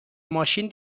ماشین